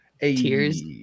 Tears